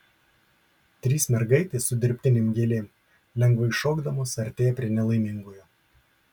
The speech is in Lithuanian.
trys mergaitės su dirbtinėm gėlėm lengvai šokdamos artėja prie nelaimingojo